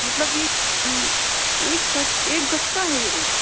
مطلب یہ ایک گز ایک گز کا ہے یہ ریٹ